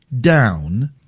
down